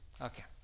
Okay